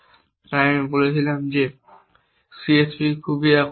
তাই আমি বলেছিলাম যে CSP খুব আকর্ষণীয়